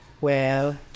Well-